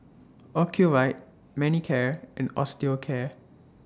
Ocuvite Manicare and Osteocare